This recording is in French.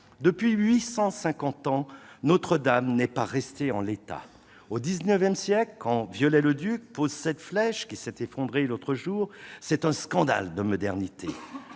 Depuis 850 ans, Notre-Dame n'est pas restée en l'état. Au XIX siècle, quand Viollet-le-Duc pose cette flèche, qui s'est effondrée l'autre jour, c'est un scandale de modernité.